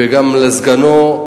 וגם לסגנו,